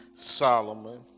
Solomon